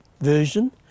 version